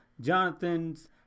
Jonathan's